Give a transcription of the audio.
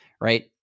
right